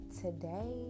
today